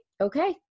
okay